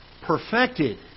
perfected